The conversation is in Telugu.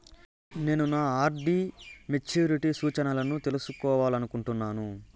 నేను నా ఆర్.డి మెచ్యూరిటీ సూచనలను తెలుసుకోవాలనుకుంటున్నాను